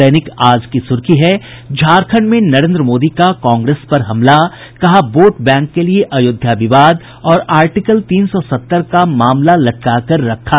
दैनिक आज की सुर्खी है झारखंड में नरेन्द्र मोदी का कांग्रेस पर हमला कहा वोट बैंक के लिए अयोध्या विवाद और आर्टिकल तीन सौ सत्तर का मामला लटका कर रखा